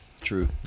True